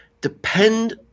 depend